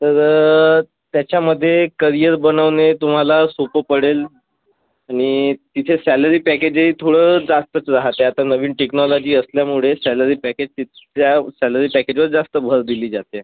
तर त्याच्यामधे करियर बनवणे तुम्हाला सोपं पडेल आणि तिथे सॅलरी पॅकेज ही थोडं जास्तच राहते आता नवीन टेक्नॉलजी असल्यामुळे सॅलरी पॅकेज तिथल्या सॅलरी पॅकेजवर जास्त भर दिली जाते